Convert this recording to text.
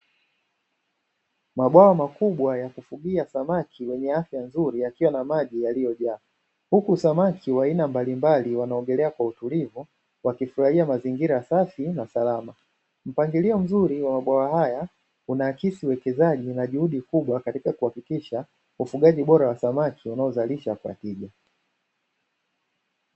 Mabwawa makubwa ya kufugia samaki wenye afya nzuri, yakiwa na maji yaliyojaa, huku samaki wa aina mbalimbali wanaogelea kwa utulivu, wakifurahia mazingira safi na salama. Mpangilio mzuri wa mabwawa haya unaakisi uwekezaji na juhudi kubwa katika kuhakikisha ufugaji bora wa samaki unaozalisha kwa tija.